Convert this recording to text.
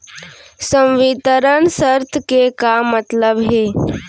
संवितरण शर्त के का मतलब होथे?